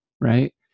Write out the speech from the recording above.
right